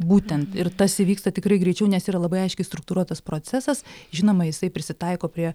būtent ir tas įvyksta tikrai greičiau nes yra labai aiškiai struktūruotas procesas žinoma jisai prisitaiko prie